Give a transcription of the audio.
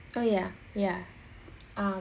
oh ya ya um